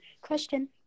Question